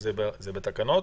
זה בתקנות?